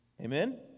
amen